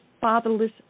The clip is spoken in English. Fatherless